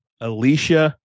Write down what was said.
Alicia